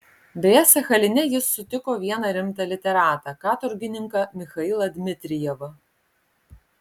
beje sachaline jis sutiko vieną rimtą literatą katorgininką michailą dmitrijevą